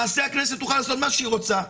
הכנסת תוכל לעשות מה שהיא רוצה.